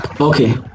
Okay